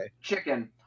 chicken